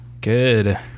good